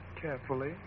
carefully